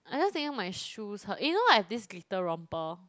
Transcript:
I just thinking my shoes hurt you know I have this glitter romper